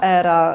era